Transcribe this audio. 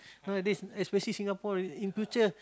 nowadays especially Singapore already in future